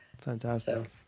fantastic